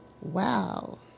wow